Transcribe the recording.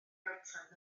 geltaidd